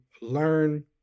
learn